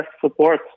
support